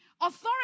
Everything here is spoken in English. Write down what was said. Authority